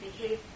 behave